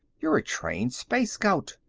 you're a trained space scout.